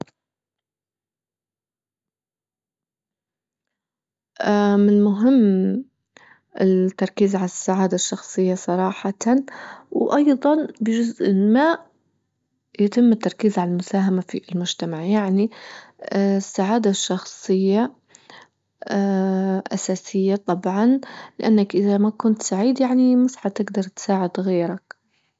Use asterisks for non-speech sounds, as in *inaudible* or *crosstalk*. اه من المهم التركيز عالسعادة الشخصية صراحة وأيضا بجزء ما يتم التركيز على المساهمة في المجتمع يعني *hesitation* السعادة الشخصية *hesitation* أساسية طبعا لأنك إذا ما كنت سعيد يعني مش حتجدر تساعد غيرك.